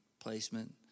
placement